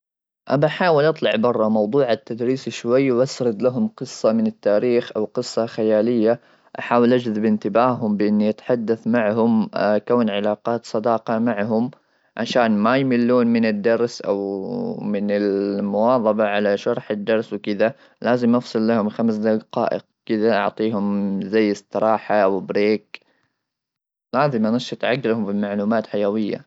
ابي احاول اطلع برا موضوع التدريس شوي واسرد لهم قصه من التاريخ او قصه خياليه, احاول اجذب انتباههم بان يتحدث معهم كون علاقات صداقه معهم, عشان ما يملون من الدرس او من المواظبه على شرح الدرس وكذا لازم افصل لهم خمس دقائق كذا اعطيهم زي استراحه وبريك لازم انشط عقلهم بمعلومات حيويه.